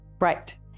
right